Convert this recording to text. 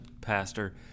pastor